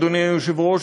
אדוני היושב-ראש,